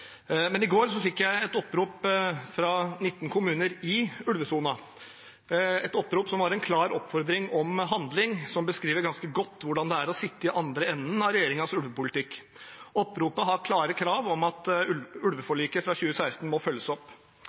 Men i går fikk jeg et opprop fra 19 kommuner i ulvesonen, et opprop som var en klar oppfordring om handling, som beskriver ganske godt hvordan det er å sitte i andre enden av regjeringens ulvepolitikk. Oppropet har klare krav om at ulveforliket fra 2016 må følges opp.